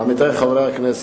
חברי חברי הכנסת,